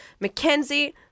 McKenzie